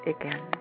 again